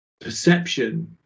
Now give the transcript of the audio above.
perception